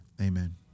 Amen